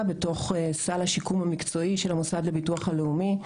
בתוך סל השיקום המקצועי של המוסד לביטוח לאומי.